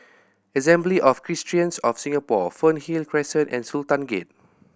Assembly of Christians of Singapore Fernhill Crescent and Sultan Gate